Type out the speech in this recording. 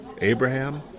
Abraham